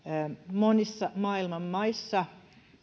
monissa maailman maissa